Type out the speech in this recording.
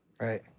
Right